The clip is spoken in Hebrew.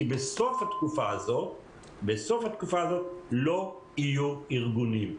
כי בסוף התקופה הזאת לא יהיו ארגונים.